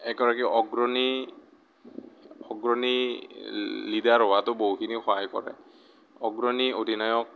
এগৰাকী অগ্ৰণী অগ্ৰণী লিডাৰ হোৱাটো বহুখিনি সহায় কৰে অগ্ৰণী অধিনায়ক